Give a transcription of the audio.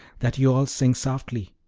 that you all sing softly.